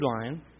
line